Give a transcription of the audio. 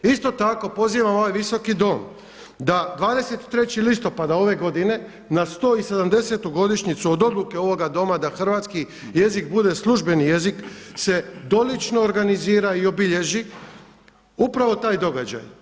Isto tako pozivam ovaj visoki dom da 23. listopada ove godine na 170 godišnjicu od odluke ovoga doma da hrvatski jezik bude službeni jezik se dolično organizira i obilježi, upravo taj događaj.